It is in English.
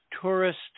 tourist